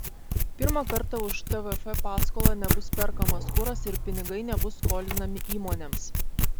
pirmą kartą už tvf paskolą nebus perkamas kuras ir pinigai nebus skolinami įmonėms